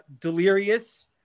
Delirious